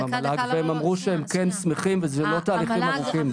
המל"ג והם אמרו שהם כן שמחים וזה לא תהליכים ארוכים.